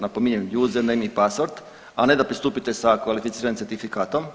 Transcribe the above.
Napominjem, user name i pasword, a ne da pristupite sa kvalificiranim certifikatom.